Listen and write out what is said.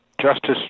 Justice